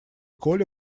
коля